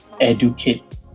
educate